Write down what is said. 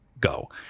go